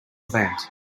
event